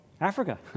Africa